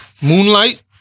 Moonlight